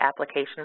application